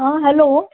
हां हॅलो